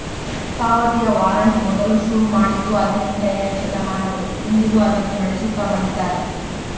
ಪಾವತಿಯ ವಾರಂಟ್ ಮೊದಲು ಶುರು ಮಾಡಿದ್ದೂ ಹದಿನೆಂಟನೆಯ ಶತಮಾನದಲ್ಲಿ, ಇಂದಿಗೂ ಅದನ್ನು ನಡೆಸುತ್ತ ಬಂದಿದ್ದಾರೆ